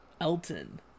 Elton